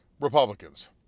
Republicans